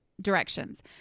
directions